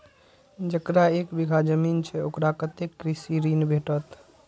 जकरा एक बिघा जमीन छै औकरा कतेक कृषि ऋण भेटत?